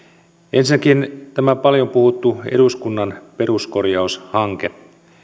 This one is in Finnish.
ensinnäkin tämä paljon puhuttu eduskunnan peruskorjaushanke